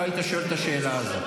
לא היית שואל את השאלה הזאת.